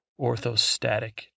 orthostatic